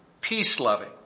peace-loving